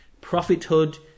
prophethood